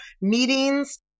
meetings